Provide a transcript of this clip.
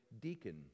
deacon